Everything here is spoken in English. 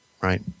Right